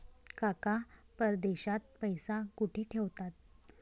काका परदेशात पैसा कुठे ठेवतात?